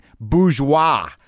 bourgeois